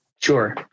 Sure